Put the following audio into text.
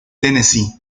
tennessee